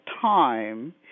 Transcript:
time